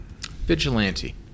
Vigilante